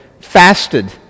fasted